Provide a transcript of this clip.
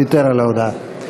ויתר על ההודעה.